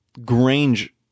Grange